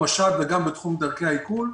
גם בתחום השד וגם בתחום דרכי העיכול.